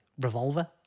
Revolver